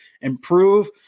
improve